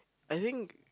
I think